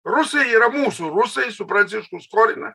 rusai yra mūsų rusai su prancišku skorina